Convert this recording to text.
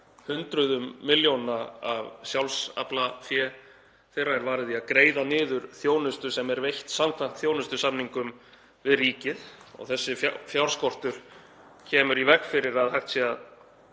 Hundruðum milljóna af sjálfsaflafé þeirra er varið í að greiða niður þjónustu sem er veitt samkvæmt þjónustusamningum við ríkið. Þessi fjárskortur kemur í veg fyrir að hægt sé að